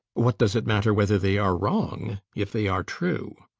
what does it matter whether they are wrong if they are true?